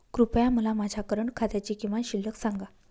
कृपया मला माझ्या करंट खात्याची किमान शिल्लक सांगा